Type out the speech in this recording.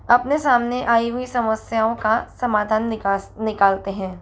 अपने सामने आई हुई समस्याओं का समाधान निकास निकालते हैं